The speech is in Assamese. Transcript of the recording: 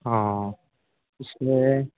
অঁ অঁ পিছে